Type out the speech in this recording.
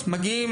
שמגיעים,